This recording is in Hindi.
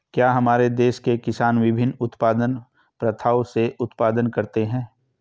क्या हमारे देश के किसान विभिन्न उत्पादन प्रथाओ से उत्पादन करते हैं?